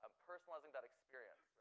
um personalizing that experience.